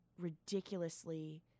ridiculously